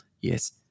Yes